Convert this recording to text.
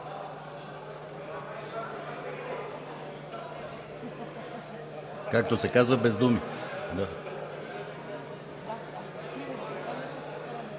Както се казва, без думи.